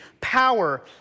power